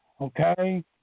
okay